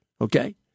Okay